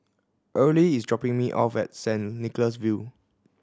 Earlie is dropping me off at Saint Nicholas View